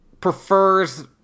prefers